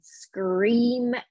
scream